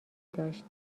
داشت